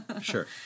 sure